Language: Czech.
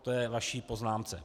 To k vaší poznámce.